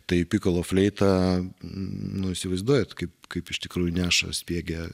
tai pikolo fleita nu įsivaizduojae kaip kaip iš tikrųjų neša spiegia